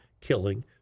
killing